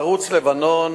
ערוץ לבנון,